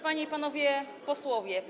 Panie i Panowie Posłowie!